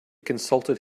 consulted